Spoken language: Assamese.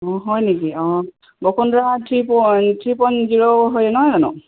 অঁ হয় নেকি অঁ Basundhara three point three point zero হয় নহয় জানো